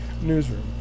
Newsroom